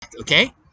okay